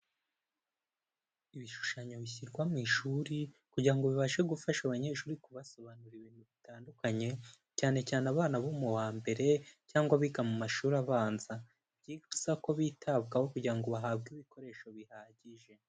Ibishushanyo bishyirwa mu ishuri kugira ngo bibashe gufasha abanyeshuri kubasobanurira ibintu bitandukanye, cyane cyane abana bo mu wa mbere cyangwa biga mu mashuri abanza, ni byiza ko bitabwaho kugira ngo bahabwe ibikoresho bihagije.